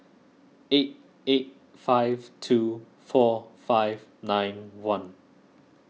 eight eight five two four five nine one